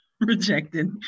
Rejected